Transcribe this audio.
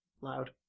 loud